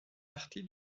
partie